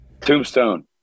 Tombstone